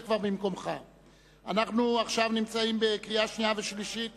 אנחנו נמצאים בקריאה שנייה ושלישית